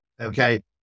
okay